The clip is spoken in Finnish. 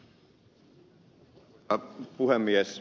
arvoisa puhemies